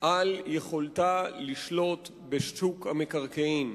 על יכולתה לשלוט בשוק המקרקעין,